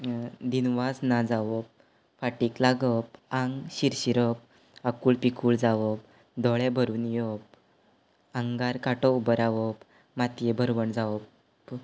दिनवास ना जावप फाटीक लागप आंग शिरशिरप आकूळ पिकूळ जावप दोळे भरून येवप आंगार कांटो उबो रावप मातये भरवण जावप